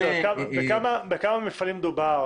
בכמה מפעלים מדובר?